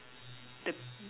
the